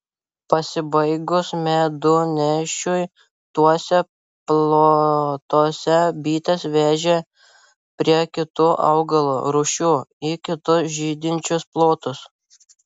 pasibaigus medunešiui tuose plotuose bites vežė prie kitų augalų rūšių į kitus žydinčius plotus